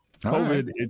COVID